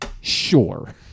Sure